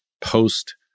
post